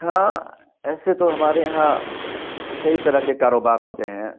ہاں ایسے تو ہمارے یہاں کئی طرح کے کاروبار ہوتے ہیں